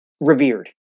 revered